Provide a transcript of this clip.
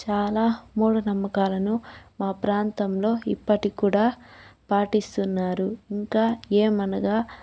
చాలా మూఢనమ్మకాలను మా ప్రాంతంలో ఇప్పటి కూడా పాటిస్తున్నారు ఇంకా ఏమనగా